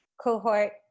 cohort